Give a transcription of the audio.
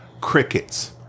Crickets